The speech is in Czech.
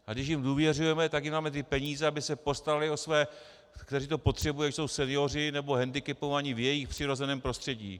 A když jim důvěřujeme, tak jim dáme ty peníze, aby se postaraly o ty, kteří to potřebují, ať to jsou senioři, nebo hendikepovaní, v jejich přirozeném prostředí.